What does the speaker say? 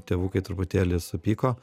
tėvukai truputėlį supyko